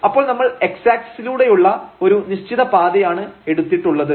അപ്പോൾ നമ്മൾ x ആക്സിസിലൂടെയുള്ള ഒരു നിശ്ചിത പാതയാണ് എടുത്തിട്ടുള്ളത്